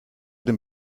dem